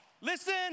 Listen